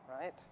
right